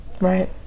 right